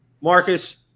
Marcus